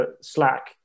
slack